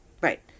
Right